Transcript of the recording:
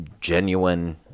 genuine